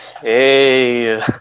hey